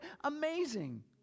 amazing